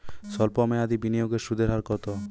সল্প মেয়াদি বিনিয়োগের সুদের হার কত?